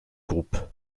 groupe